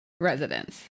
residents